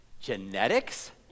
Genetics